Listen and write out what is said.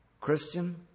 Christian